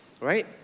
Right